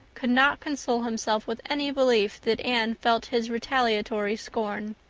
could not console himself with any belief that anne felt his retaliatory scorn.